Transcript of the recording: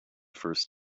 first